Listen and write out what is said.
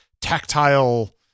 tactile